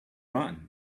rotten